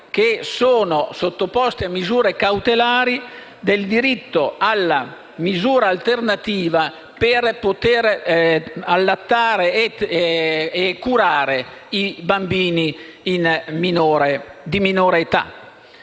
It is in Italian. alle madri sottoposte a misure cautelari del diritto alla misura alternativa per poter allattare e curare i bambini di minore età.